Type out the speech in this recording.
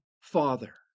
father